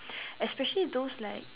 especially those like